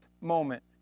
moment